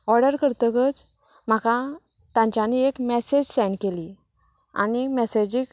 order करतगच म्हाका तांच्यांनी एक मॅसेज सेंड केली आनी मॅसेजींत